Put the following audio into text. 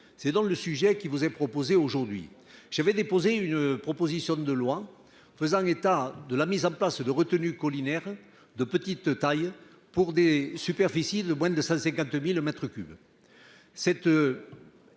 C'est dans le sujet qui vous est proposé aujourd'hui. J'avais déposé une proposition de loi faisant état de la mise en place de retenue collinaires, de petite taille pour des superficies de moins de 150.000 m3.